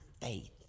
faith